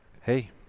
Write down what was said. Hey